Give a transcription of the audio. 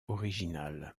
original